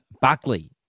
Buckley